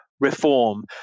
reform